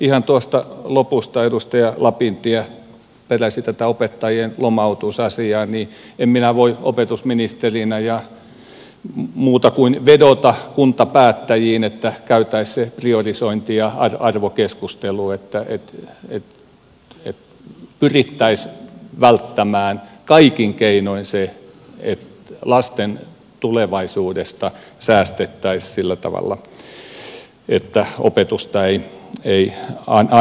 ihan tuosta lopusta kun edustaja lapintie peräsi tätä opettajien lomautusasiaa niin en minä voi opetusministerinä muuta kuin vedota kuntapäättäjiin että käytäisiin se priorisointi ja arvokeskustelu että pyrittäisiin välttämään kaikin keinoin se että lasten tulevaisuudesta säästettäisiin sillä tavalla että opetusta ei anneta